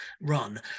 run